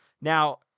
Now